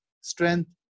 strength